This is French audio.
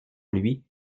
lui